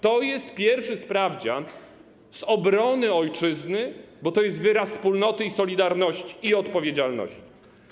To jest pierwszy sprawdzian z obrony ojczyzny, bo to jest wyraz wspólnoty, solidarności i odpowiedzialności.